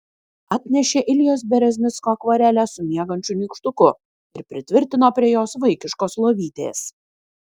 atnešė iljos bereznicko akvarelę su miegančiu nykštuku ir pritvirtino prie jos vaikiškos lovytės